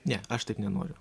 ne aš taip nenoriu